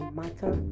matter